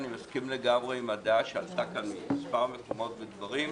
אני מסכים לגמרי עם הדעה שעלתה כאן ממספר מקומות ודברים,